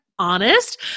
honest